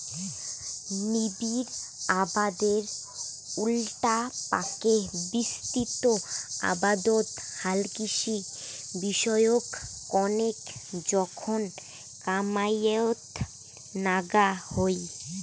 নিবিড় আবাদের উল্টাপাকে বিস্তৃত আবাদত হালকৃষি বিষয়ক কণেক জোখন কামাইয়ত নাগা হই